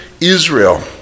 Israel